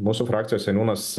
mūsų frakcijos seniūnas